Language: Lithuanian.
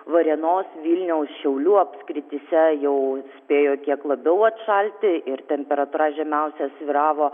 varėnos vilniaus šiaulių apskrityse jau spėjo kiek labiau atšalti ir temperatūra žemiausia svyravo